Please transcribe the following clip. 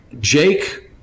Jake